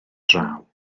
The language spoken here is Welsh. draw